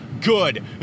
good